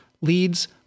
Leads